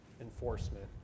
enforcement